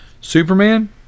Superman